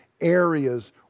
areas